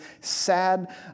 sad